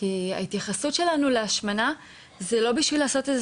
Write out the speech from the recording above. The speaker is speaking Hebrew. כי ההתייחסות שלנו להשמנה היא לא בשביל לעשות איזה